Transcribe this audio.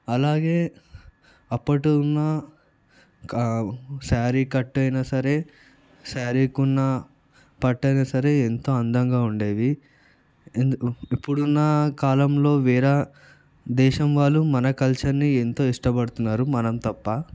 అలాగే అప్పటిలో ఉన్న క శారీ కట్ అయినా సరే శారీకున్న పట్టైనా సరే ఎంతో అందంగా ఉండేవి ఇప్పుడున్న కాలంలో వేరే దేశం వాళ్ళు మన కల్చర్ని ఎంతో ఇష్టపడుతున్నారు మనం తప్ప